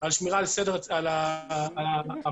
על שמירה על מה שאנחנו